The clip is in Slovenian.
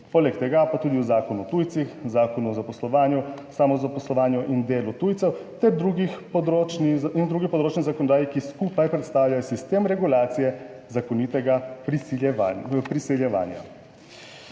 Poleg tega pa tudi v Zakonu o tujcih Zakon o zaposlovanju, samozaposlovanju in delu tujcev ter drugih področij, in drugi področni zakonodaji, ki skupaj predstavljajo sistem regulacije zakonitega v priseljevanja.